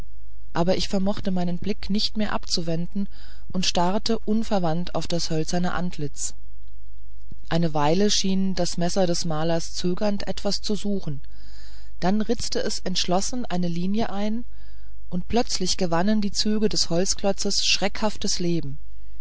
auch ich vermochte meine blicke nicht mehr abzuwenden und starrte unverwandt auf das hölzerne antlitz eine weile schien das messer des malers zögernd etwas zu suchen dann ritzte es entschlossen eine linie ein und plötzlich gewannen die züge des holzklotzes schreckhaftes leben